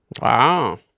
Wow